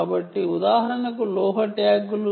కాబట్టి ఉదాహరణకు మెటాలిక్ ట్యాగ్లు